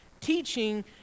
teaching